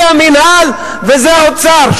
זה המינהל וזה האוצר,